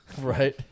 Right